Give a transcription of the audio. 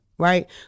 Right